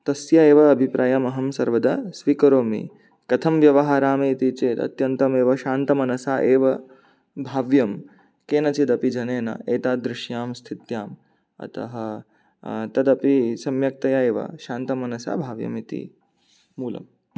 तस्य एव अभिप्रायमहं सर्वदा स्वीकरोमि कथं व्यवहरामि इति चेत् अत्यन्तमेव शान्तमनसा एव भाव्यं केनचिदपि जनेन एतादृश्यां स्थित्याम् अतः तदपि सम्यक्तया एव शान्तमनसा भाव्यम् इति मूलम्